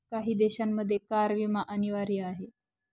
काही देशांमध्ये कार विमा अनिवार्य आहे